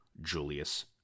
Julius